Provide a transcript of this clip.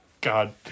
God